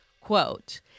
Quote